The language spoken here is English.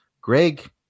Greg